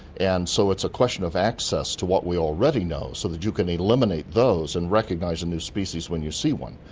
and so it's a question of access to what we already know so that you can eliminate those and recognise a new species when you see one.